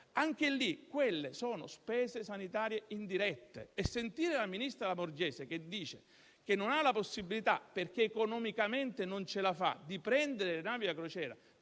Anche lì, quelle sono spese sanitarie indirette e sentire il ministro Lamorgese che dice che non ha la possibilità, perché economicamente non ce la fa, di prendere le navi da crociera